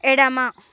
ఎడమ